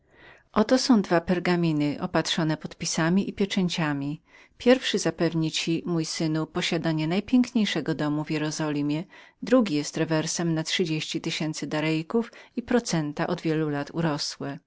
nam oto są dwa pargaminy opatrzone podpisami i pieczęciami pierwszy zapewni ci mój synu posiadanie najpiękniejszego domu w jerozolimie drugi jest rewers na trzydzieści tysięcy darejków i procenta od tylu lat urosłe